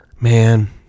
man